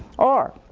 or